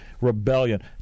rebellion